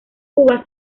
cuba